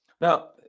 Now